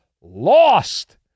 lost